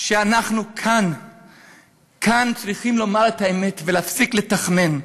אנחנו כאן צריכים לומר את האמת ולהפסיק לתכמן,